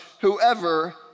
whoever